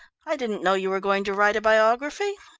i didn't know you were going to write a biography.